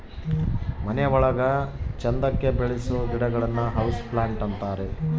ಮನೆ ಒಳಗ ಚಂದಕ್ಕೆ ಬೆಳಿಸೋ ಗಿಡಗಳನ್ನ ಹೌಸ್ ಪ್ಲಾಂಟ್ ಅಂತಾರೆ